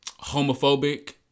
homophobic